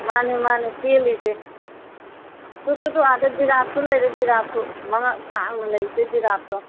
ꯃꯥꯅꯦ ꯃꯥꯅꯦ ꯆꯦꯜꯂꯤꯁꯦ ꯇꯨ ꯇꯨ ꯇꯨ ꯑꯥꯗ ꯖꯤꯔꯥꯐꯁꯨ ꯂꯩꯔꯦ ꯖꯤꯔꯥꯐꯁꯨ ꯃꯉꯛ ꯁꯥꯡꯅ ꯂꯩꯔꯤꯁꯦ ꯖꯤꯔꯥꯐꯇꯣ